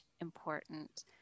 important